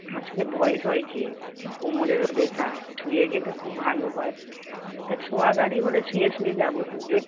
আসলে বয়েস হয়েছে কোমরেরও ব্যাথা শুয়ে গেলে খুব ভালো হয় তা শোওয়া গাড়ি হলে শুয়ে শুয়ে যাব দুজন